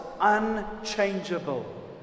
unchangeable